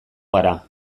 gara